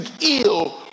ill